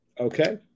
Okay